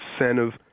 incentive